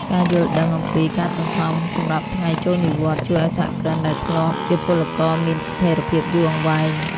ការយល់ដឹងអំពី "ការសន្សំសម្រាប់ថ្ងៃចូលនិវត្តន៍" ជួយឱ្យសហគ្រិនដែលធ្លាប់ជាពលករមានស្ថិរភាពយូរអង្វែង។